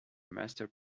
master